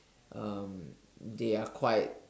um they are quite